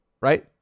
right